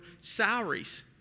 salaries